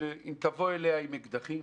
שאם תבוא אליה עם אקדחים,